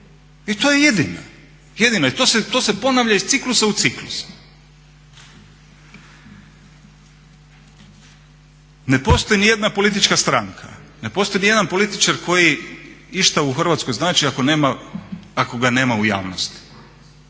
I to je jedina, jedina i to se ponavlja iz ciklusa u ciklus. Ne postoji nijedna politička stranka, ne postoji nijedan političar koji išta u Hrvatskoj znači ako ga nema u javnosti,